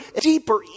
deeper